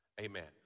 Amen